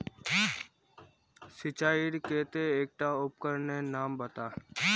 सिंचाईर केते एकटा उपकरनेर नाम बता?